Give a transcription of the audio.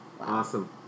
Awesome